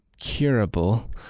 curable